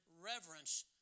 reverence